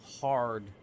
hard